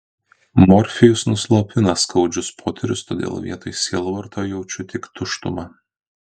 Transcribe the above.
morfijus nuslopina skaudžius potyrius todėl vietoj sielvarto jaučiu tik tuštumą